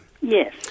Yes